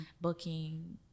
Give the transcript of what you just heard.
booking